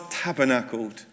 tabernacled